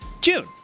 June